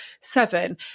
seven